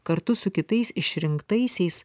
kartu su kitais išrinktaisiais